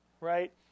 right